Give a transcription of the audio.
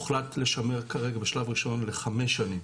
הוחלט לשמר כרגע בשלב ראשון לחמש שנים.